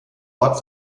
ort